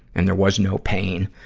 and there was no pain,